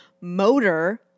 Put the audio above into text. Motor